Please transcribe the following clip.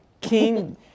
King